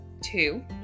Two